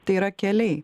tai yra keliai